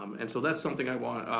and so that's something i want,